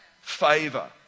favor